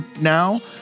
now